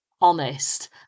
honest